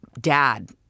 dad